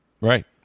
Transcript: Right